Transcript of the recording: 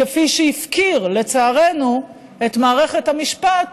כפי שהפקיר, לצערנו, את מערכת המשפט